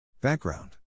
Background